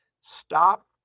stop